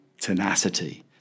tenacity